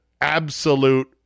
absolute